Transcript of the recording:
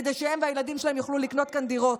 כדי שהם והילדים שלהם יוכלו לקנות כאן דירות.